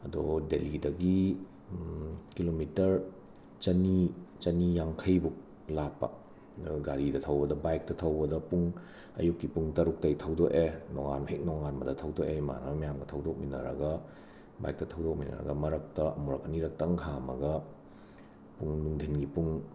ꯑꯗꯣ ꯗꯦꯂꯤꯗꯒꯤ ꯀꯤꯂꯣꯃꯤꯇꯔ ꯆꯅꯤ ꯆꯅꯤ ꯌꯥꯡꯈꯩꯕꯨꯛ ꯂꯥꯞꯄ ꯑꯗꯣ ꯒꯥꯔꯤꯗ ꯊꯧꯕꯗ ꯕꯥꯏꯛꯇ ꯊꯧꯕꯗ ꯄꯨꯡ ꯑꯌꯨꯛꯀꯤ ꯄꯨꯡ ꯇꯔꯨꯛꯇꯩ ꯊꯧꯗꯣꯛꯑꯦ ꯅꯣꯉꯥꯟ ꯍꯦꯛ ꯅꯣꯉꯥꯟꯕꯗ ꯊꯧꯗꯣꯛꯑꯦ ꯏꯃꯥꯟꯅꯕ ꯃꯌꯥꯝꯒ ꯍꯧꯗꯣꯛꯃꯤꯟꯅꯔꯒ ꯕꯥꯏꯛꯇ ꯊꯧꯗꯣꯛꯃꯤꯟꯅꯔꯒ ꯃꯔꯛꯇ ꯑꯃꯨꯔꯛ ꯑꯅꯤꯔꯛꯇꯪ ꯈꯥꯝꯃꯒ ꯄꯨꯡ ꯅꯨꯡꯙꯤꯟꯒꯤ ꯄꯨꯡ